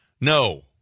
no